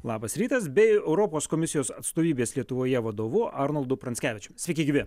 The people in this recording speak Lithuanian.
labas rytas bei europos komisijos atstovybės lietuvoje vadovu arnoldu pranckevičium sveiki gyvi